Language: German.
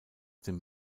dem